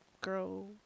girl